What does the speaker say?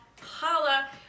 holla